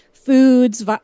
Foods